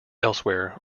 elsewhere